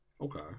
Okay